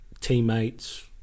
teammates